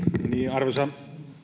arvoisa